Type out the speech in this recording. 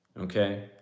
okay